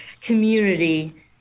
community